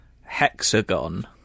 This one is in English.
Hexagon